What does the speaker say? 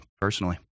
personally